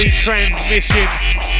Transmission